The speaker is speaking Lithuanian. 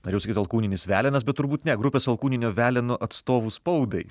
norėjau sakyt alkūninis velenas bet turbūt ne grupės alkūninio veleno atstovu spaudai